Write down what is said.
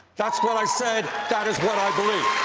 that's what i said. that is what i believe.